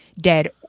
dead